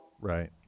Right